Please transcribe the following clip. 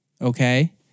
Okay